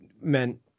meant